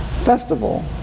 festival